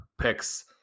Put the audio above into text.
picks